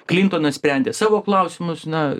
klintomas sprendė savo klausimus na